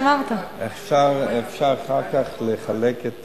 אפשר אחר כך לחלק את